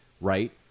right